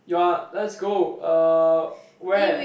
you're let's go uh where